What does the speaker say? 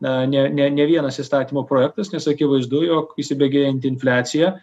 na ne ne ne vienas įstatymo projektas nes akivaizdu jog įsibėgėjanti infliacija